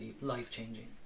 life-changing